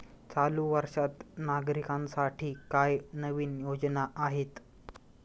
चालू वर्षात नागरिकांसाठी काय नवीन योजना आहेत?